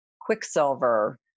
Quicksilver